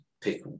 pick